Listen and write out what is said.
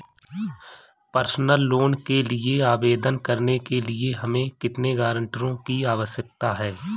Personal loan के लिए आवेदन करने के लिए हमें कितने गारंटरों की आवश्यकता है?